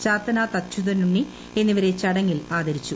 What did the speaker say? ചാത്തനാത്ത് അച്യുതനുണ്ണി എന്നിവരെ ചടങ്ങിൽ ആദരിച്ചു